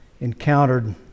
encountered